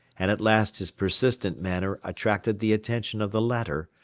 and at last his persistent manner attracted the attention of the latter,